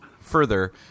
further